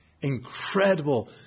incredible